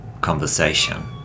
conversation